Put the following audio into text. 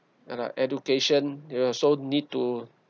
and our education you also need to